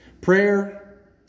Prayer